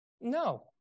No